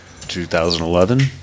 2011